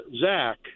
Zach